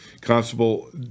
constable